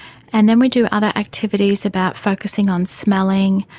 and then we do other activities about focussing on smelling,